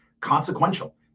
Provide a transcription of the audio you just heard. consequential